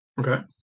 okay